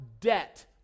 debt